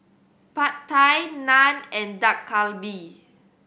Pad Thai Naan and Dak Galbi